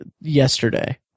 yesterday